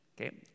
okay